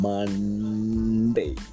Monday